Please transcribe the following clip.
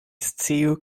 sciu